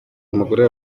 umugore